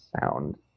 sound